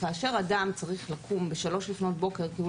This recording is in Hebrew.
כאשר אדם צריך לקום בשלוש לפנות בוקר כי הוא